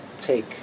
take